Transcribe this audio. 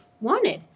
wanted